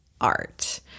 art